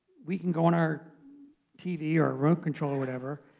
we can go on our tv or remote control or whatever,